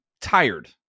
tired